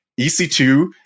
EC2